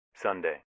Sunday